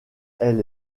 elle